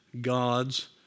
God's